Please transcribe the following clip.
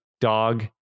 dog